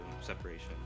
separation